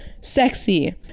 sexy